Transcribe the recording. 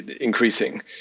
increasing